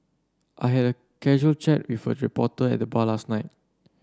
I had a casual chat with a reporter at the bar last night